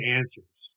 answers